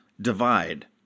divide